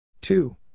Two